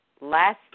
last